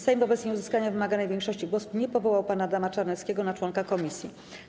Sejm wobec nieuzyskania wymaganej większości głosów nie powołał pana Adama Czarneckiego na członka komisji.